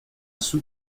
sous